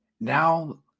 Now